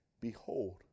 Behold